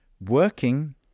Working